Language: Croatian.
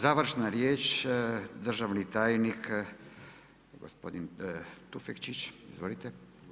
Završna riječ, državni tajnik gospodin Tufekčić, izvolite.